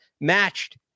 matched